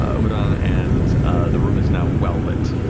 um and and and the room is now well-lit.